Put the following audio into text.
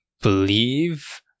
believe